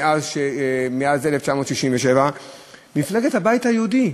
מאז 1967. מפלגת הבית היהודי,